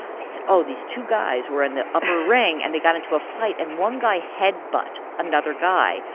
i said, oh, these two guys were in the upper ring, and they got into a fight, and one guy head-butt another guy.